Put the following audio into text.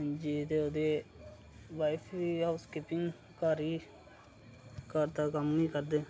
जेह्दे ओह्दे वाइफ बी हाउस कीपिंग घर ही घर दा कम्म ही करदे